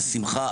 בשמחה,